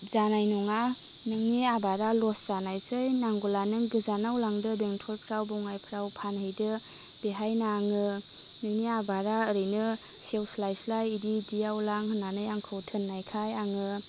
जानाय नङा नोंनि आबादा लस जानायसै नांगौला नों गोजानाव लांदो बेंटलफ्राव बङायफ्राव फानहैदो बेहाय नाङो नोंनि आबारा ओरैनो सेवस्लायस्लाय इदि इदियाव लां होननानै आंखौ थोननायखाय आङो